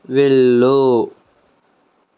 వెళ్ళు